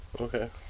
okay